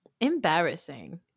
Embarrassing